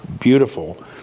beautiful